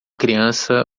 criança